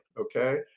okay